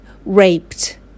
raped